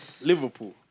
Liverpool